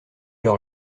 leur